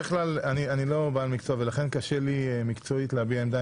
אני לא בעל מקצוע ולכן קשה לי מקצועית להביע עמדה